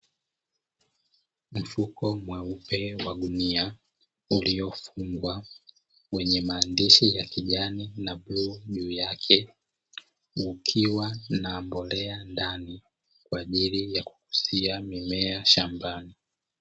Mfuko mweupe wa gunia uliofungwa, wenye maandishi ya kijani na bluu juu yake, ukiwa na mbolea ndani kwa ajili ya kukuzia mimea shambani.